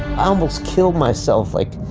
almost killed myself like.